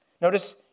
Notice